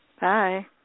bye